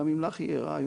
גם אם לך יהיה רעיון,